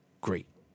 Great